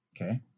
Okay